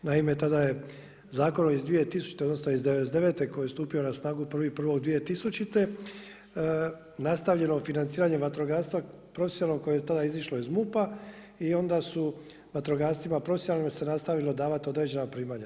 Naime, tada je Zakonom iz 2000. odnosno iz 99. koji je stupio na snagu 1.1. 2000. nastavljeno financiranje vatrogastva profesionalnog koje je tada izišlo iz MUP-a i onda su vatrogascima profesionalno se davati određena primanja.